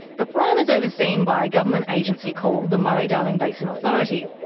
the plan is overseen by a government agency called the murray-darling basin authority.